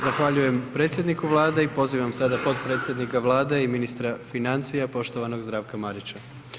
Zahvaljujem predsjedniku Vlade i pozivam sada potpredsjednika Vlade i ministra financija poštovanom Zdravka Marića.